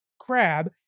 crab